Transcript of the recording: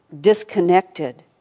disconnected